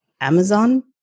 Amazon